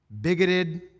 bigoted